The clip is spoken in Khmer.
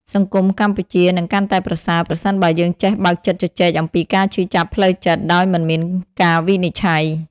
សង្គមកម្ពុជានឹងកាន់តែប្រសើរ ប្រសិនបើយើងចេះបើកចិត្តជជែកអំពីការឈឺចាប់ផ្លូវចិត្តដោយមិនមានការវិនិច្ឆ័យ។